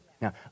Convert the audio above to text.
Now